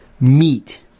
Meat